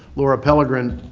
laura pelegrin,